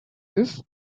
this